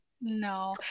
No